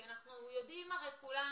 כולנו יודעים,